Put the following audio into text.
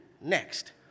next